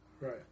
Right